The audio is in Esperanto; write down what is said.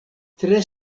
tre